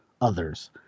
others